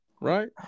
Right